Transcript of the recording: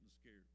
scared